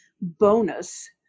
bonus